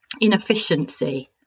inefficiency